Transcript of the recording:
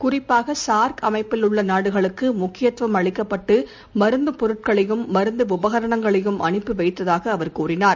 குறிப்பாக சார்க் அமைப்பில் உள்ள நாடுகளுக்கு முக்கியத்துவம் அளிக்கப்பட்டு மருந்தப் பொருட்களையும் மருத்துவ உபகரணங்களையும் அனுப்பி வைத்ததாக அவர் கூறினார்